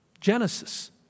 Genesis